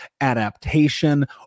adaptation